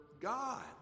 God